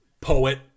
Poet